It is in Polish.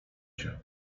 się